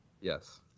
yes